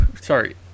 sorry